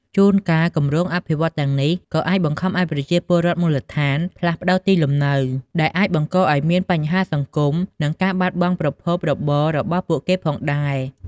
ជួនកាល គម្រោងអភិវឌ្ឍន៍ទាំងនេះក៏អាចបង្ខំឱ្យប្រជាពលរដ្ឋមូលដ្ឋានផ្លាស់ប្តូរទីលំនៅ ដែលអាចបង្កឱ្យមានបញ្ហាសង្គម និងការបាត់បង់ប្រភពរបររបស់ពួកគេផងដែរ។